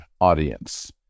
audience